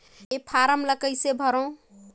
ये फारम ला कइसे भरो?